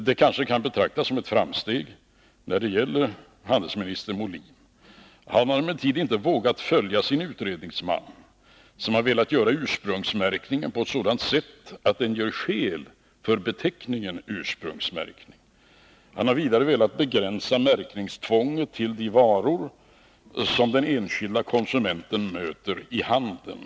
Det kanske kan betraktas som ett framsteg när det gäller handelsminister Molin. Han har emellertid inte vågat följa sin utredningsman, som har velat göra ursprungsmärkningen på ett sådant sätt att den gör skäl för namnet ursprungsmärkning. Han har vidare velat begränsa märkningstvånget till de varor som den enskilde konsumenten möter i handeln.